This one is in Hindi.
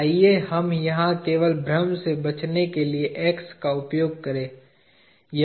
आइए हम यहां केवल भ्रम से बचने के लिए X का उपयोग करें